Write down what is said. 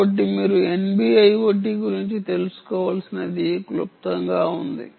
కాబట్టి మీరు NB IoT గురించి తెలుసుకోవలసినది క్లుప్తంగా ఉంది